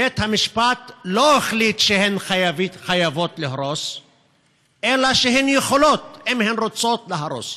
בית-המשפט לא החליט שהן חייבות להרוס אלא שהן יכולות אם הן רוצות להרוס.